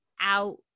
out